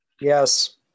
Yes